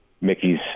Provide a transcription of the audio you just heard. Mickey's